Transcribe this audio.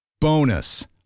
Bonus